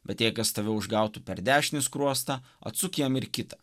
bet jei kas tave užgautų per dešinį skruostą atsuk jam ir kitą